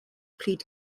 plead